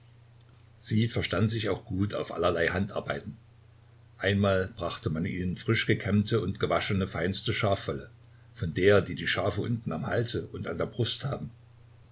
sie verstand sich auch gut auf allerlei handarbeiten einmal brachte man ihnen frisch gekämmte und gewaschene feinste schafwolle von der die die schafe unten am halse und an der brust haben